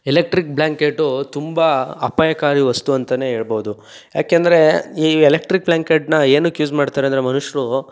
electric blanket ತುಂಬ ಅಪಾಯಕಾರಿ ವಸ್ತು ಅಂತಲೇ ಏಳಬೋದು ಏಕೆಂದ್ರೆ ಈ ಎಲೆಕ್ಟ್ರಿಕ್ ಬ್ಲ್ಯಾಂಕೆಟ್ನ ಏನಕ್ಕೆ ಯೂಸ್ ಮಾಡ್ತಾರೆ ಅಂದರೆ ಮನುಷ್ರು